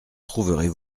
trouverez